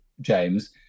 James